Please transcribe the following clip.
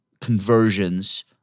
conversions